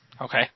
Okay